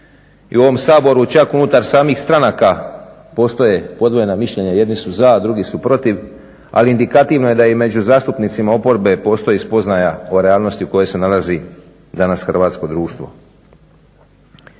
i u ovom Saboru čak unutar samih stranaka postoje podvojena mišljenja. Jedni su za, drugi su protiv. Ali indikativno je da i među zastupnicima oporbe postoji spoznaja o realnosti u kojoj se nalazi danas hrvatsko društvo.